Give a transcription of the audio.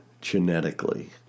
genetically